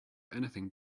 anything